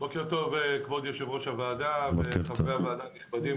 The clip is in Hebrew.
בוקר טוב כבוד יושב ראש הוועדה וחברי ועדה נכבדים.